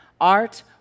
Art